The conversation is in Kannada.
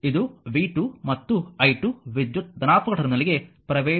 ಇದು v 2 ಮತ್ತು i2 ವಿದ್ಯುತ್ ಧನಾತ್ಮಕ ಟರ್ಮಿನಲ್ ಗೆ ಪ್ರವೇಶಿಸುತ್ತದೆ